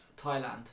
Thailand